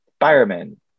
Firemen